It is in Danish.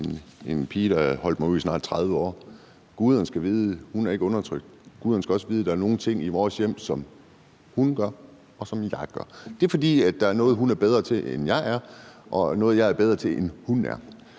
en pige, der har holdt mig ud i snart 30 år, og guderne skal vide, at hun ikke er undertrykt. Guderne skal også vide, at der er nogle ting i vores hjem, som hun gør, og som jeg gør, og det er, fordi der er noget, som hun er bedre til, end jeg er, og der er noget, som jeg er bedre til, end hun er.